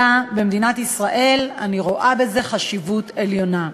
האסטרטגיים של מדינת ישראל בתהליך הזה,